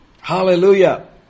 Hallelujah